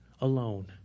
alone